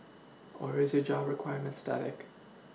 or is your job requirement static